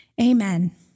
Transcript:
Amen